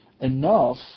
enough